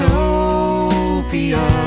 Utopia